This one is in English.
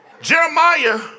Jeremiah